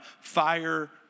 Fire